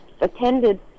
attended